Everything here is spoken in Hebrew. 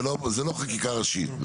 זה לא חקיקה ראשית.